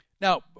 Now